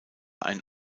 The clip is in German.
ein